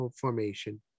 formation